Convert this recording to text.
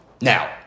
Now